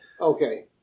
okay